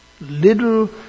little